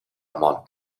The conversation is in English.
among